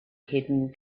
hidden